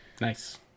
Nice